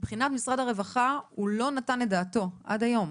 מבחינת משרד הרווחה, הוא לא נתן את דעתו עד היום.